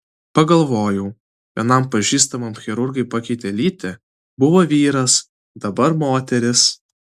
pagalvojau vienam pažįstamam chirurgai pakeitė lytį buvo vyras dabar moteris